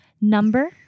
Number